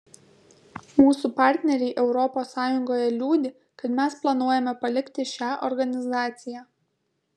mūsų partneriai europos sąjungoje liūdi kad mes planuojame palikti šią organizaciją